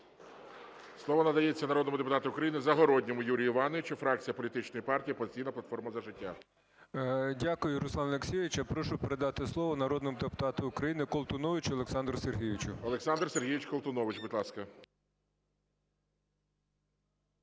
Слово надається народному депутату України Загородньому Юрію Івановичу, фракція політичної партії "Опозиційна платформа – За життя". 12:57:48 ЗАГОРОДНІЙ Ю.І. Дякую, Руслане Олексійовичу, я прошу передати слово народному депутату України Колтуновичу Олександру Сергійовичу. ГОЛОВУЮЧИЙ. Олександр Сергійович Колтунович, будь ласка.